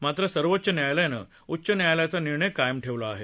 मात्र सर्वोच्च न्यायालयानं उच्च न्यायालयाचा निर्णय कायम ठेवला आहे